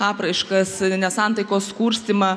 apraiškas nesantaikos kurstymą